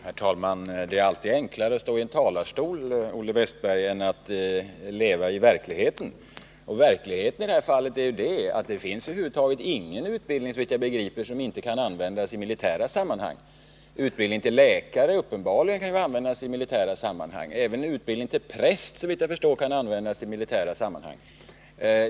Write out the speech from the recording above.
Herr talman! Det är alltid enklare att stå i en talarstol, Olle Wästberg, än att leva i verkligheten. Verkligheten i det här fallet är att det såvitt jag begriper inte finns någon utbildning över huvud taget som inte kan användas i militära sammanhang. Exempelvis en utbildning till läkare kan uppenbarligen användas i militära sammanhang, och även utbildning till präst kan såvitt jag förstår göra det.